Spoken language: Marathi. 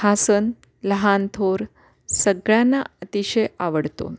हा सण लहान थोर सगळ्यांना अतिशय आवडतो